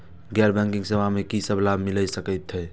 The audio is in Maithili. गैर बैंकिंग सेवा मैं कि सब लाभ मिल सकै ये?